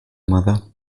mother